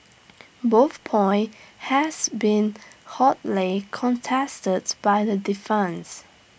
both point has been hotly contested by the defence